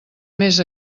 més